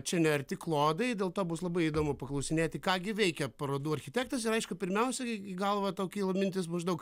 čia nearti klodai dėl to bus labai įdomu paklausinėti ką gi veikia parodų architektas ir aišku pirmiausia į galvą tau kyla mintis maždaug